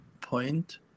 point